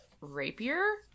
rapier